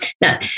now